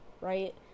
right